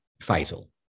fatal